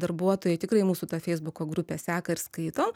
darbuotojai tikrai mūsų tą feisbuko grupę seka ir skaito